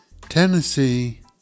Tennessee